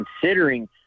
considering